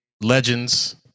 legends